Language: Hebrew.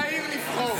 תן לעיר לבחור,